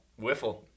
wiffle